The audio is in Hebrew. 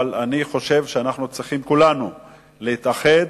אבל אני חושב שאנחנו צריכים, כולנו, להתאחד